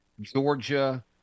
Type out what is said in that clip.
Georgia